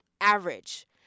average